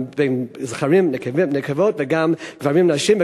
זכרים נקבות וגם גברים נשים,